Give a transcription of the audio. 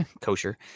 Kosher